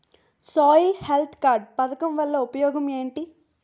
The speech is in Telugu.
సాయిల్ హెల్త్ కార్డ్ పథకం వల్ల ఉపయోగం ఏంటి?